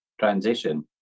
transition